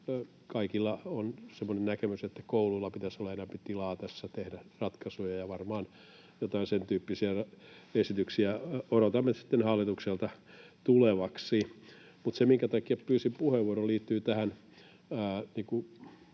semmoinen näkemys, että kouluilla pitäisi olla enempi tilaa tässä tehdä ratkaisuja, ja varmaan joitain sentyyppisiä esityksiä odotamme sitten hallitukselta tulevaksi. Mutta se, minkä takia pyysin puheenvuoron, liittyy tähän